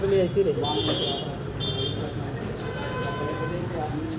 ब्याज कवरेज अनुपात बेसी रहै के मतलब छै जे कंपनीक वित्तीय हालत बढ़िया छै